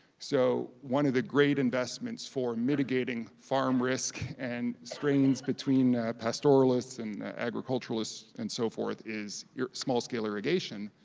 so one of the great investments for mitigating farm risk and strains between pastoralists and agriculturalists and so forth is your small scale irrigation.